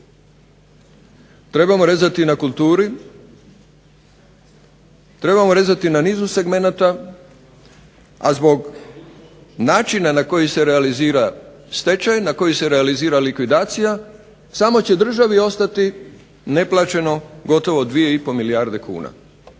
trebamo rezati na kulturi, trebamo rezati na nizu segmenata, a zbog načina na koji se realizira stečaj, na koji se realizira likvidacija samo će državi ostati neplaćeno gotovo 2,5 milijarde kuna.